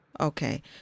okay